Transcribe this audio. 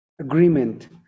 agreement